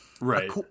Right